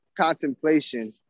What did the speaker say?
contemplation